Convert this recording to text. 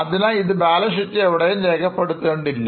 അതിനാൽ ഒരു ഇത് ബാലൻസ് ഷീറ്റിൽ എവിടേയും രേഖപ്പെടുത്തേണ്ടത് ഇല്ല